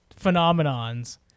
phenomenons